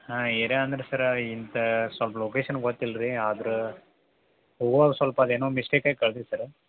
ಹಾಂ ಏರಿಯಾ ಅಂದ್ರೆ ಸರ್ರ ಇಂಥ ಸ್ವಲ್ಪ ಲೊಕೇಷನ್ ಗೊತ್ತಿಲ್ಲ ರೀ ಆದ್ರೆ ಸ್ವಲ್ಪ ಅದೇನೋ ಮಿಸ್ಟೇಕಾಗ್ ಕಳೆದ್ವಿ ಸರ್ರ